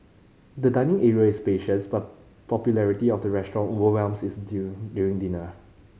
the dining area is spacious but popularity of the restaurant overwhelms is during dinner